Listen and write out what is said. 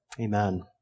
Amen